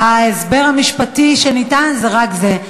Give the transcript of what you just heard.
ההסבר המשפטי שניתן זה רק זה.